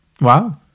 Wow